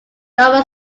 nova